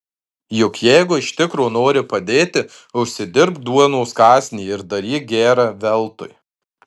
juk jeigu iš tikro nori padėti užsidirbk duonos kąsnį ir daryk gera veltui